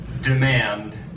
demand